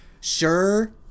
sure